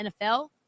NFL